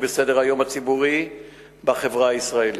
בסדר-היום הציבורי בחברה הישראלית.